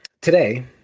Today